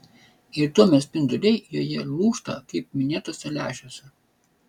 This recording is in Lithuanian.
ir tuomet spinduliai joje lūžta kaip minėtuose lęšiuose